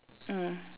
ah